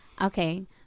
Okay